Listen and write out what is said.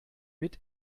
mit